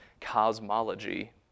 cosmology